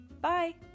Bye